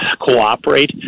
cooperate